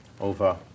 over